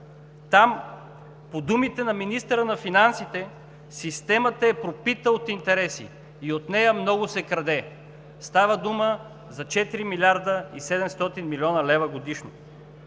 Там по думите на министъра на финансите системата е пропита от интереси и от нея много се краде – става дума за 4 млрд. 700 млн. лв. годишно.